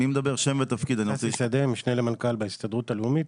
משנה למנכ"ל ההסתדרות הלאומית.